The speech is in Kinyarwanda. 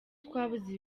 twabuze